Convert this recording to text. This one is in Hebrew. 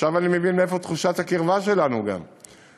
עכשיו אני מבין מאיפה תחושת הקרבה שלנו, גם.